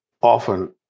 often